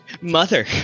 Mother